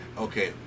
Okay